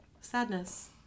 sadness